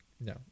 No